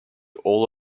all